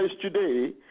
today